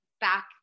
back